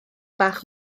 bach